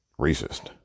racist